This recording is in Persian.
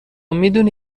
میدونی